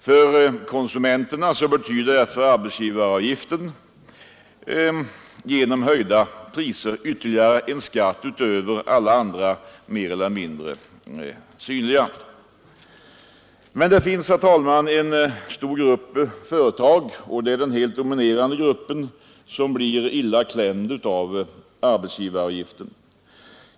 För konsumenterna betyder därför arbetsgivaravgiften genom höjda priser ytterligare en skatt utöver alla andra mer eller mindre synliga. Men det finns, herr talman, en stor grupp företag — och det är den helt dominerande gruppen — som blir illa klämd av arbetsgivaravgiften.